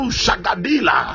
shagadila